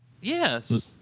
Yes